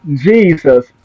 Jesus